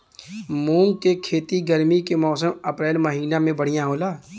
मुंग के खेती गर्मी के मौसम अप्रैल महीना में बढ़ियां होला?